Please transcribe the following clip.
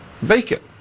vacant